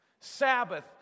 Sabbath